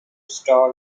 star